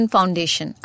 Foundation